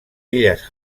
illes